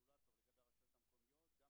לגבי הרשות המקומית אין את זה.